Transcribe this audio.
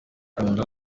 ukunda